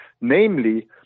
namely